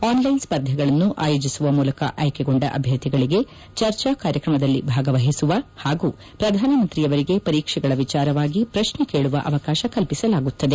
online ಸ್ಪರ್ಧೆಗಳನ್ನು ಆಯೋಜಿಸುವ ಮೂಲಕ ಆಯ್ಕೆಗೊಂಡ ಅಭ್ಯರ್ಥಿಗಳಿಗೆ ಚರ್ಚಾ ಕಾರ್ಯಕ್ರಮದಲ್ಲಿ ಭಾಗವಹಿಸುವ ಪಾಗೂ ಪ್ರಧಾನಮಂತ್ರಿಯವರಿಗೆ ಪರೀಕ್ಷೆಗಳ ವಿಚಾರವಾಗಿ ಪ್ರಶ್ನೆ ಕೇಳುವ ಅವಕಾಶ ಕಲ್ಪಿಸಲಾಗುತ್ತದೆ